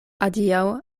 adiaŭ